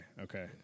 Okay